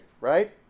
right